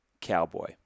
cowboy